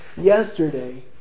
yesterday